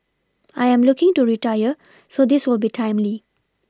I am looking to retire so this will be timely